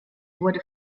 wurde